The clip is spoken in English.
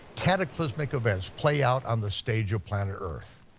cataclysmic events play out on the stage of planet earth.